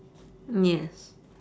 yes